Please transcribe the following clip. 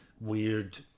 weird